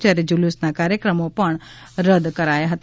જયારે જુલુસના કાર્યક્રમ રદ કરાયા હતા